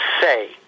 say